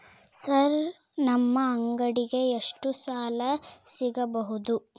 Sir ನಮ್ಮ ಅಂಗಡಿಗೆ ಎಷ್ಟು ಸಾಲ ಸಿಗಬಹುದು?